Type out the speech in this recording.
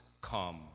come